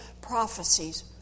prophecies